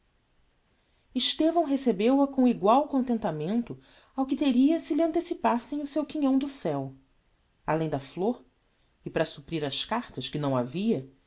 deu lha estevão recebeu-a com egual contentamento ao que teria se lhe antecipassem o seu quinhão do ceu além da flor e para supprir as cartas que não havia